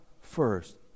first